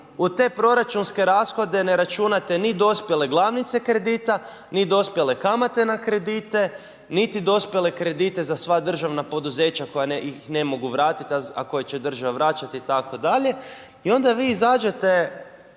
u te proračunske rashode ne računate ni dospjele glavnice kredite, ni dospjele kamate na kredite, niti dospjele kredite za sva državna poduzeća koja ih ne mogu vratit, a koje će država vraćat itd. i onda vi izađete